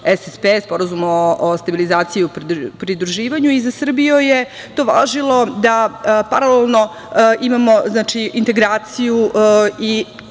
SPP, Sporazum o stabilizaciji i pridruživanju i za Srbiju je to važilo da paralelno imamo integraciju i